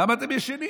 למה אתם ישנים?